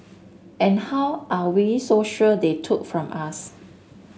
and how are we so sure they took from us